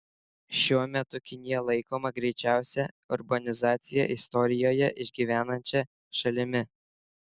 šiuo metu kinija laikoma greičiausią urbanizaciją istorijoje išgyvenančia šalimi